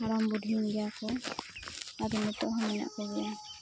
ᱦᱟᱲᱟᱢ ᱵᱩᱰᱷᱤ ᱭᱮᱱ ᱜᱮᱭᱟ ᱠᱚ ᱟᱨ ᱱᱤᱛᱳᱜ ᱦᱚᱸ ᱢᱮᱱᱟᱜ ᱠᱚᱜᱮᱭᱟ